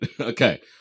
Okay